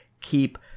keep